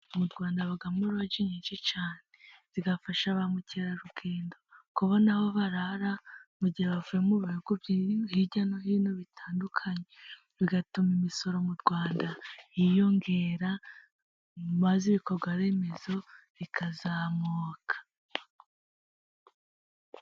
Mu Rwanda babamo loji nyinshi cyane , bigafasha ba mukerarugendo kubona aho barara, mu gihe bavuye mu bihugu hirya no hino bitandukanye. Bigatuma imisoro mu Rwanda yiyongera, maze ibikorwa remezo bikazamuka.